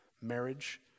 Marriage